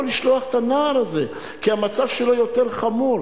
לשלוח את הנער הזה כי המצב שלו יותר חמור,